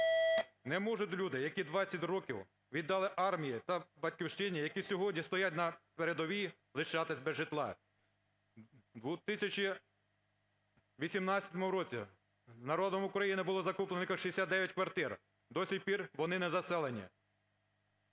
Не можуть люди, які двадцять років віддали армії та Батьківщині, які сьогодні стоять на передовій, лишатися без житла. В 2018 році народом України було закуплено тільки 69 квартир, до сих пір вони не заселені.